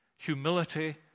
Humility